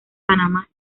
panamá